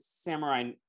samurai